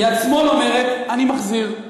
יד שמאל אומרת "אני מחזיר".